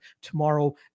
tomorrow